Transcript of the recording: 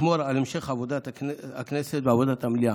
לשמור על המשך עבודת הכנסת ועבודת המליאה.